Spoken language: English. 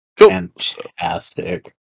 Fantastic